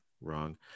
wrong